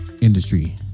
Industry